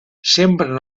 sembren